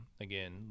again